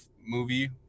movie